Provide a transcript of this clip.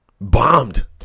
Bombed